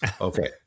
okay